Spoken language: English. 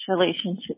relationship